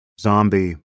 zombie